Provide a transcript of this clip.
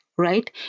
Right